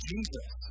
Jesus